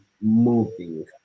moving